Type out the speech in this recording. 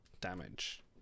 damage